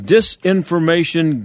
Disinformation